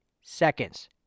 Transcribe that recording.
seconds